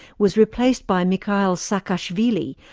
was replaced by mikheil saakashvili,